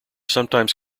sometimes